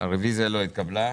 הרביזיה לא התקבלה.